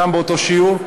באותו שיעור.